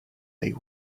they